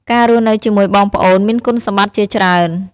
ការរស់នៅជាមួយបងប្អូនមានគុណសម្បត្តិជាច្រើន។